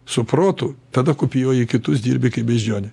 su protu tada kopijuoji kitus dirbi kaip beždžionė